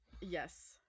yes